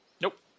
Nope